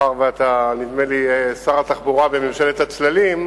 מאחר שאתה, נדמה לי, שר התחבורה בממשלת הצללים,